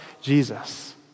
Jesus